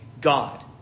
God